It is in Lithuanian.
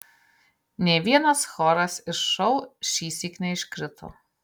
nė vienas choras iš šou šįsyk neiškrito